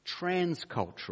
transcultural